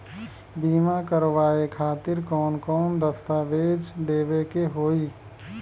बीमा करवाए खातिर कौन कौन दस्तावेज़ देवे के होई?